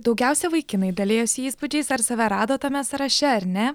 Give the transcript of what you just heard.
daugiausia vaikinai dalijosi įspūdžiais ar save rado tame sąraše ar ne